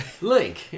Link